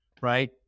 right